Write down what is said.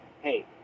hey